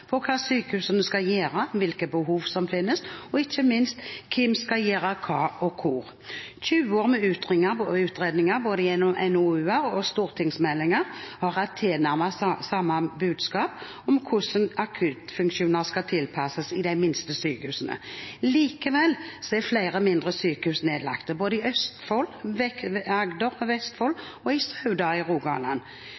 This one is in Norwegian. for hva sykehusene skal gjøre, hvilke behov som finnes, og ikke minst hvem som skal gjøre hva og hvor. I 20 år med utredninger, både gjennom NOU-er og stortingsmeldinger, har det vært tilnærmet samme budskap: hvordan akuttfunksjoner skal tilpasses i de minste sykehusene. Likevel er flere mindre sykehus nedlagt, både i Østfold, Agder, Vestfold